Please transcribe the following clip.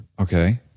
Okay